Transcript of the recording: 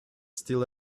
still